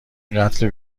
قتل